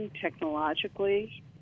technologically